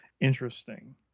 interesting